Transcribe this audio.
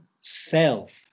self